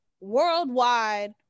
worldwide